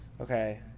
Okay